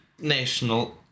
national